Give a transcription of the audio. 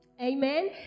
amen